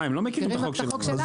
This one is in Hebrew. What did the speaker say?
אה הם לא מכירים את החוק שלנו.